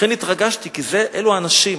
לכן התרגשתי, כי אלו האנשים.